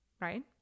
right